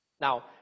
Now